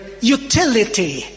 utility